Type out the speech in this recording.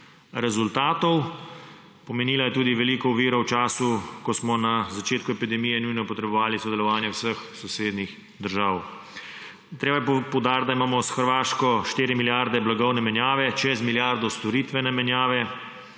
rezultatov, pomenila je tudi veliko oviro v času, ko smo na začetku epidemije nujno potrebovali sodelovanje vseh sosednjih držav. Treba je poudariti, da imamo s Hrvaško 4 milijarde blagovne menjave, čez milijardo storitvene menjave,